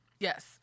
Yes